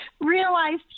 Realized